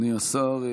אדוני השר,